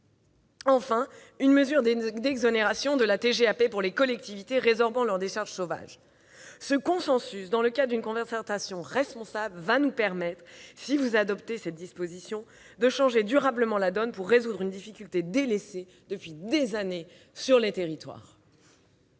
activités polluantes, ou TGAP, pour les collectivités qui résorbent leurs décharges sauvages. Ce consensus, atteint dans le cadre d'une concertation responsable, va nous permettre, si vous adoptez cette disposition, de changer durablement la donne pour résoudre une difficulté délaissée depuis des années sur les territoires.